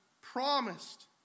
promised